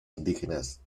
indígenas